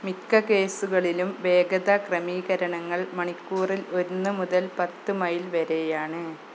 മിക്ക കേസുകളിലും വേഗത ക്രമീകരണങ്ങൾ മണിക്കൂറിൽ ഒന്ന് മുതൽ പത്ത് മൈൽ വരെയാണ്